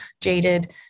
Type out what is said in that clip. jaded